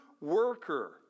worker